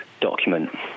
document